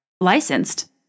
Licensed